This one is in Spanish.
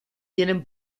tienen